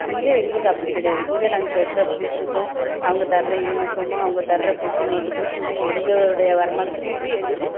இங்கே எங்களுக்கு அப்படி கிடயாது இங்கே நாங்கள் கட்ற பீஸுக்கும் அவங்க தர யூனிஃபார்ம்மும் அவங்க தர புக் நோட்டுக்குமே இங்கே எங்களோடய வருமானத்துக்கு இது எங்களுக்கு